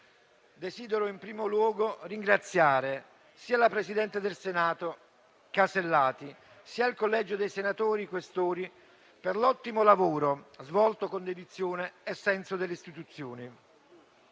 Desidero in primo luogo ringraziare sia il presidente del Senato Alberti Casellati sia il collegio dei senatori Questori per l'ottimo lavoro svolto con dedizione e senso delle istituzioni.